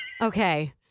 Okay